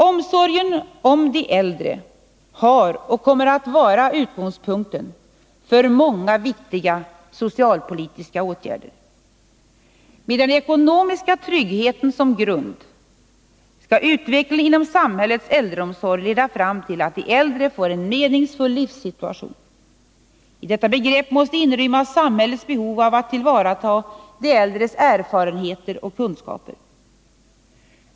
Omsorgen om de äldre har varit och kommer att vara utgångspunkten för många viktiga socialpolitiska åtgärder. Med den ekonomiska tryggheten som grund skall utvecklingen inom samhällets äldreomsorg leda fram till att de äldre får en meningsfull livssituation. I detta begrepp måste inrymmas samhällets behov av att ta till vara de äldres erfarenheter och kunskaper.